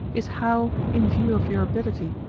is how, in view of your ability,